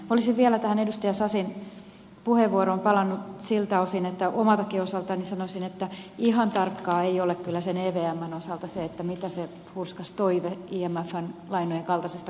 olisin vielä tähän edustaja sasin puheenvuoroon palannut siltä osin että omalta osaltanikin sanoisin että ihan tarkkaa ei ole kyllä sen evmn osalta se mitä se hurskas toive imfn lainojen kaltaisesta kohtelusta vielä tarkoittaa